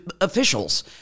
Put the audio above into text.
officials